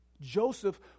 Joseph